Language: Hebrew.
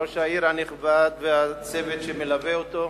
ראש העיר הנכבד והצוות שמלווה אותו,